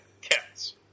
cats